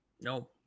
No